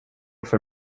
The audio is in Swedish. för